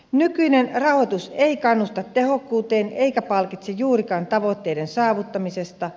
nykyinen rahoitus ei kannusta tehokkuuteen eikä palkitse juurikaan tavoitteiden saavuttamisesta